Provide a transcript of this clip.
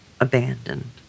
abandoned